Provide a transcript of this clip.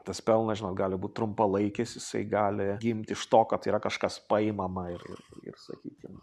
tas pelnas žinot gali būt trumpalaikis jisai gali gimt iš to kad tai yra kažkas paimama ir ir ir sakykim